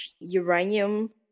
uranium